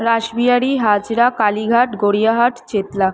Rashbehari Hazra Kalighat Gariahat Chetla